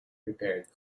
prepared